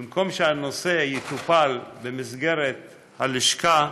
במקום שהנושא יטופל במסגרת הלשכה,